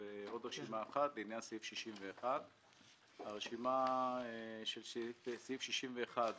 - ועוד רשימה אחת לעניין סעיף 61. הרשימה של סעיף 61,